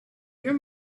your